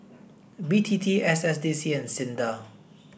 B T T S S D C and SINDA